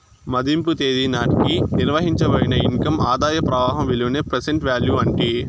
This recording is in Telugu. మదింపు తేదీ నాటికి నిర్వయించబడిన ఇన్కమ్ ఆదాయ ప్రవాహం విలువనే ప్రెసెంట్ వాల్యూ అంటీ